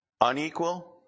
unequal